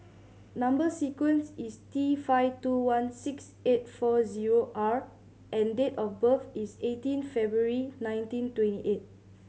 number sequence is T five two one six eight four zero R and date of birth is eighteen February nineteen twenty eight